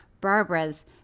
Barbara's